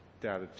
data